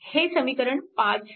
हे समीकरण 5 आहे